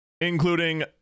including